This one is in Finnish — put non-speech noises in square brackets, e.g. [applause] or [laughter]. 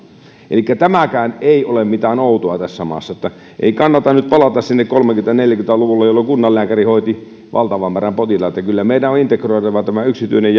elikkä tämäkään ei ole mitään outoa tässä maassa niin että ei kannata nyt palata sinne kolmekymmentä viiva neljäkymmentä luvulle jolloin kunnanlääkäri hoiti valtavan määrän potilaita kyllä meidän on integroitava tämä yksityinen [unintelligible]